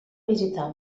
visitar